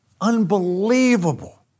unbelievable